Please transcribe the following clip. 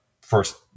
first